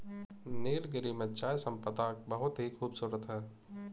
नीलगिरी में चाय संपदा बहुत ही खूबसूरत है